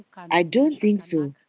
i don't think so,